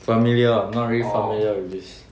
familiar not really familiar with this